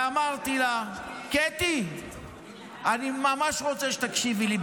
ואמרתי לה, קטי, אני ממש רוצה שתקשיבי לי.